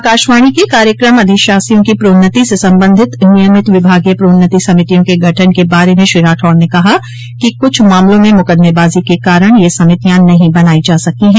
आकाशवाणी के कार्यक्रम अधिशासियों की प्रोन्नति से संबंधित नियमित विभागीय प्रोन्नति समितियों के गठन के बारे में श्री राठौड़ ने कहा कि कुछ मामलों में मुकदमेबाजो के कारण यह समितियां नहीं बनाई जा सकी है